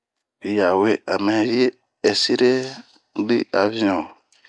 Yawe a mp yi assire ii avion!